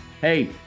Hey